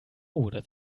oder